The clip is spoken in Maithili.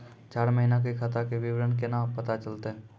चार महिना के खाता के विवरण केना पता चलतै?